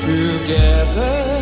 Together